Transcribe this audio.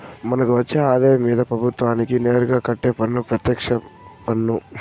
మనకు వచ్చే ఆదాయం మీద ప్రభుత్వానికి నేరుగా కట్టే పన్ను పెత్యక్ష పన్ను